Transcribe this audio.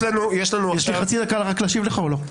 יש לנו עכשיו --- יש לי חצי דקה רק להשיב לך או לא?